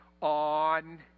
on